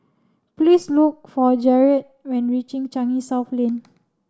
please look for Jarret when reaching Changi South Lane